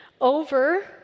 over